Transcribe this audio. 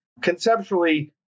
conceptually